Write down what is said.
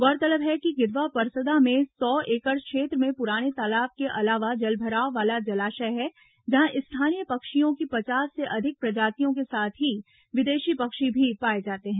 गौरतलब है कि गिधवा परसदा में सौ एकड़ क्षेत्र में पुराने तालाब के अलावा जलभराव वाला जलाशय है जहां स्थानीय पक्षियों की पचास से अधिक प्रजातियों के साथ ही विदेशी पक्षी भी पाए जाते हैं